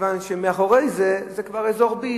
מכיוון שמאחורי זה זה כבר אזור B,